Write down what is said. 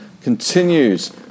continues